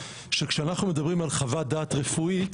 שכשאנחנו מדברים על חוות דעת רפואית